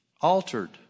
altered